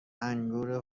انگور